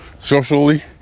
socially